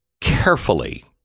carefully